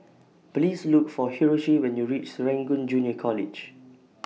Please Look For Hiroshi when YOU REACH Serangoon Junior College